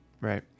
right